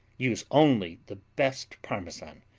use only the best parmesan,